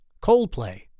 Coldplay